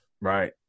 right